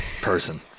person